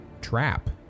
trap